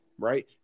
Right